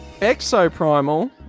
Exoprimal